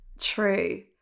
true